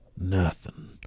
Nothing